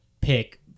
pick